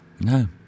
No